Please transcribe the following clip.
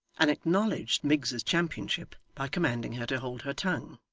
and acknowledged miggs's championship by commanding her to hold her tongue.